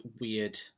weird